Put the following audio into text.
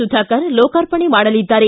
ಸುಧಾಕರ್ ಲೋಕಾರ್ಪಣೆ ಮಾಡಲಿದ್ದಾರೆ